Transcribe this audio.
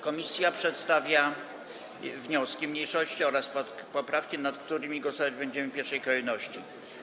Komisja przedstawia wnioski mniejszości oraz poprawki, nad którymi głosować będziemy w pierwszej kolejności.